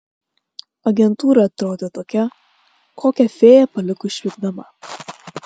agentūra atrodė tokia kokią fėja paliko išvykdama